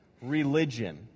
religion